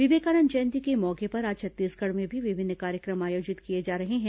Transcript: विवेकानंद जयंती के मौके पर आज छत्तीसगढ़ में भी विभिन्न कार्यक्रम आयोजित किए जा रहे हैं